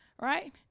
right